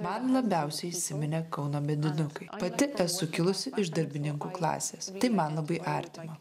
man labiausiai įsiminė kauno medinukai pati esu kilusi iš darbininkų klasės tai man labai artima